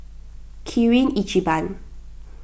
Kirin Ichiban